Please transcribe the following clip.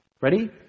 Ready